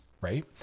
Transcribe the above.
right